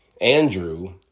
Andrew